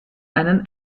einen